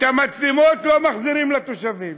את המצלמות לא מחזירים לתושבים.